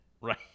right